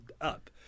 up